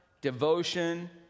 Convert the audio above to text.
devotion